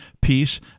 peace